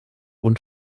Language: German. und